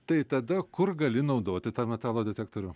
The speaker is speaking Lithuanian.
tai tada kur gali naudoti tą metalo detektorių